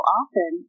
often